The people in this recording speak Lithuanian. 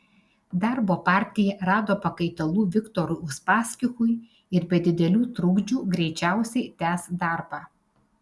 darbo partija rado pakaitalų viktorui uspaskichui ir be didelių trukdžių greičiausiai tęs darbą